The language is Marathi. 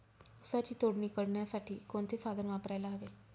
ऊसाची तोडणी करण्यासाठी कोणते साधन वापरायला हवे?